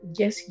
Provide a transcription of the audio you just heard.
yes